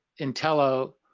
Intello